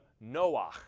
Noah